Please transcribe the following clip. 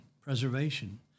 preservation